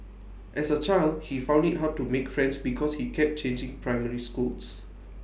as A child he found IT hard to make friends because he kept changing primary schools